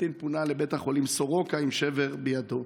הקטין פונה לבית החולים סורוקה עם שבר בידו.